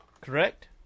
Correct